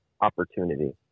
opportunity